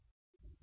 B A